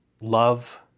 love